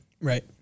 right